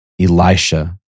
Elisha